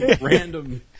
random